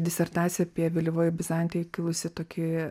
disertacija apie vėlyvojoj bizantijoj kilusį tokį